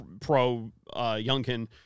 pro-Youngkin